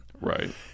Right